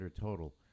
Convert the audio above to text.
total